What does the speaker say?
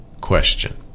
question